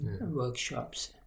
workshops